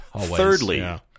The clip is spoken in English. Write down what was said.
Thirdly